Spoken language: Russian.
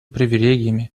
привилегиями